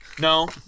no